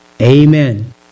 Amen